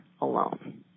alone